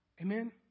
Amen